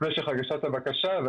משך הגשת הבקשה.